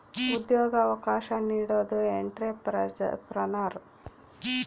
ಉದ್ಯೋಗ ಅವಕಾಶ ನೀಡೋದು ಎಂಟ್ರೆಪ್ರನರ್